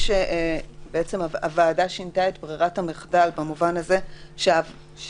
שבעצם הוועדה שינתה את ברירת המחדל במובן הזה שבהכרזה,